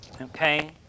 Okay